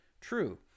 true